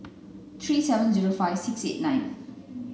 three seven zero five six eight nine